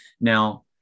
Now